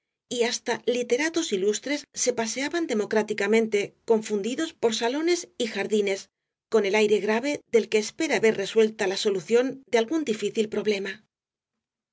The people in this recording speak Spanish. y hasta literatos ilustres se paseaban democráticamente confundidos por salones y jardines con el aire grave del que espera ver resuelta la solución de algún difícil problema